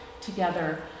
together